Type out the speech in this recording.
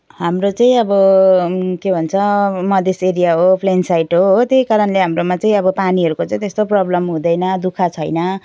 हाम्रो चाहिँ अब के भन्छ मधेस एरिया हो प्लेन साइट हो त्यही कारणले हाम्रोमा चाहिँ अब पानीहरूको चाहिँ त्यस्तो प्रब्लम हुँदैन दुःख छैन